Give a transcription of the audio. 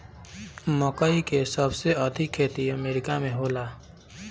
मकई के सबसे अधिका खेती अमेरिका में होला